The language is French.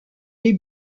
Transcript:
des